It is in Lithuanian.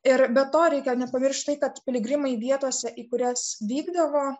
ir be to reikia nepamiršti kad piligrimai vietose į kurias vykdavo